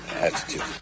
attitude